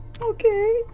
Okay